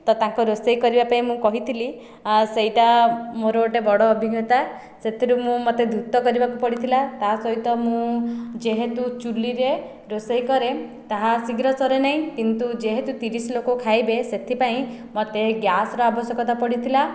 ତ ତାଙ୍କ ରୋଷେଇ କରିବା ପାଇଁ ମୁଁ କହିଥିଲି ସେହିଟା ମୋର ଗୋଟିଏ ବଡ଼ ଅଭିଜ୍ଞତା ସେଥିରେ ମୁଁ ମୋତେ ଧୃତ କରିବାକୁ ପଡ଼ିଥିଲା ତା ସହିତ ମୁଁ ଯେହେତୁ ଚୁଲ୍ହି ରେ ରୋଷେଇ କରେ ତାହା ଶୀଘ୍ର ସରେ ନାହିଁ କିନ୍ତୁ ଯେହେତୁ ତିରିଶ ଲୋକ ଖାଇବେ ସେଥିପାଇଁ ମୋତେ ଗ୍ୟାସ୍ର ଆବଶ୍ୟକତା ପଡ଼ିଥିଲା